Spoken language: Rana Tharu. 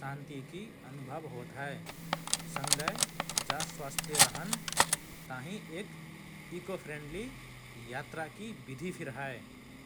शान्तिकि अनुभव होत हए । सँगए जा स्वस्थ्य रहन ताहिँ एक इको–फ्रेन्डली यात्राकि विधि फिर हए ।